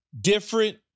different